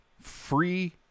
free